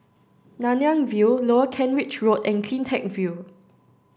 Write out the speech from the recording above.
Nanyang View Lower Kent Ridge Road and CleanTech View